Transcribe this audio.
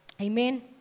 Amen